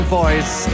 voice